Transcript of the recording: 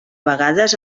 vegades